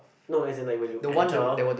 no as in like when you enter